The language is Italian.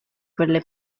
quelle